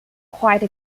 quite